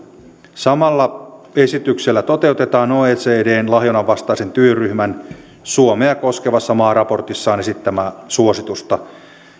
samalla esityksellä toteutetaan oecdn lahjonnanvastaisen työryhmän suomea koskevassa maaraportissaan esittämää suositusta